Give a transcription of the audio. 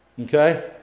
Okay